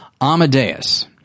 Amadeus